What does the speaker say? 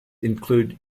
include